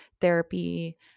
therapy